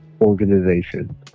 Organization